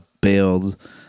bailed